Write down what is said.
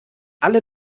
alle